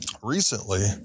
Recently